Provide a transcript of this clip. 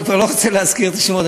אני כבר לא רוצה להזכיר את השמות,